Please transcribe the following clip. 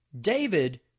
David